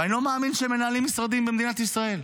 ואני לא מאמין שהם מנהלים משרדים במדינת ישראל.